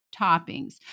toppings